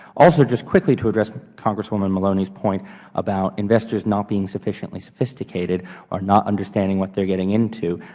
also, just quickly to address congresswoman maloney's point about investors not being sufficiently sophisticated or not understanding what they are getting into,